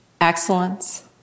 Excellence